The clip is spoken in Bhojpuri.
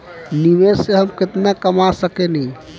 निवेश से हम केतना कमा सकेनी?